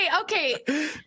Okay